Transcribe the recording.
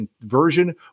version